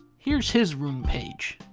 here's his rune page.